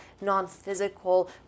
non-physical